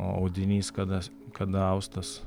o audinys kada kada austas